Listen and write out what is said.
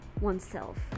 oneself